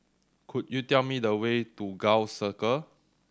could you tell me the way to Gul Circle